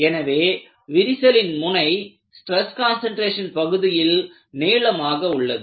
எனவே விரிசலின் முனை ஸ்டிரஸ் கான்சன்ட்ரேசன் பகுதியில் நீளமாக உள்ளது